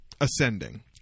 ascending